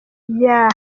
yeah